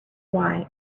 why